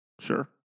Sure